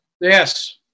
Yes